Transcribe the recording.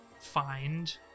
find